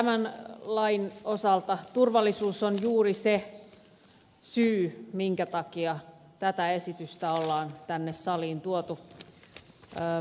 tämän lain osalta turvallisuus on juuri se syy minkä takia tämä esitys on tänne saliin tuotu